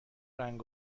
رنگ